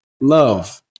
Love